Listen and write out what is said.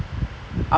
ya